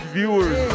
viewers